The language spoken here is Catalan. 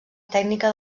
tècnica